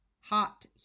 hot